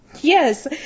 Yes